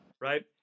Right